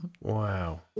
Wow